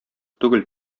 түгел